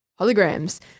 holograms